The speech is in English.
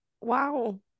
wow